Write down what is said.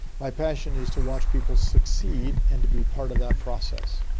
my passion is to watch people succeed and to be part of that process.